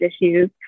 issues